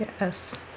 Yes